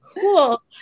cool